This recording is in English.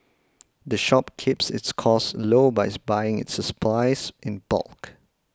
the shop keeps its costs low by buying its supplies in bulk